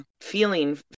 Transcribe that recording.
feeling